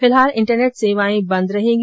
फिलहाल इंटरनेट सेवाएं बंद रहेगी